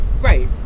Right